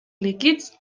líquids